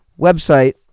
website